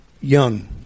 young